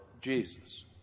Jesus